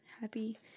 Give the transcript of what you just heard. happy